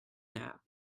nap